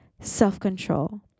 self-control